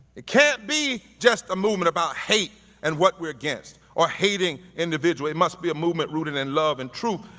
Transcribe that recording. it can't be just a movement about hate and what we're against or hating individual, it must be a movement rooted in love and truth.